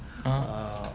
uh